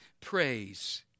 praise